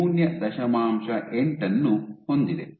8 ಅನ್ನು ಹೊಂದಿದೆ